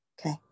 Okay